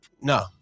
No